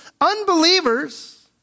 unbelievers